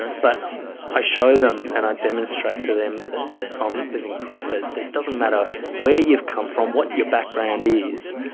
but i show them and i demonstrate to them that i'm living proof that it doesn't matter where you've come from, what your background is,